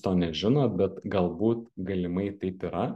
to nežino bet galbūt galimai taip yra